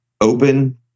open